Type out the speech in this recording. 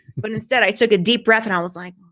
but instead i took a deep breath and i was like,